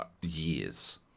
years